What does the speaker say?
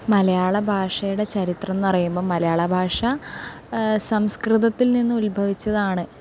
മലയാള ഭാഷയുടെ ചരിത്രം പറയുമ്പോൾ മലയാള ഭാഷ സംസ്കൃതത്തിൽ നിന്ന് ഉത്ഭവിച്ചതാണ്